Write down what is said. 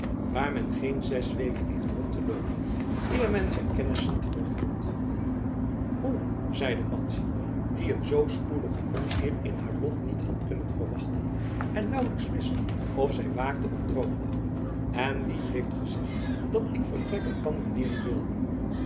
waar men geen zes weken heeft rond te loopen eer men zijn kennissen terugvindt hoe zeide madzy die een zoo spoedigen omkeer in haar lot niet had kunnen verwachten en nauwelijks wist of zij waakte of droomde en wie heeft gezegd dat ik vertrekken kan wanneer ik wil